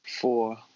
Four